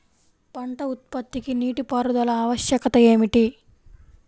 పంట ఉత్పత్తికి నీటిపారుదల ఆవశ్యకత ఏమిటీ?